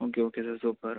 okay okay sir super